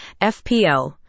FPL